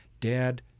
Dad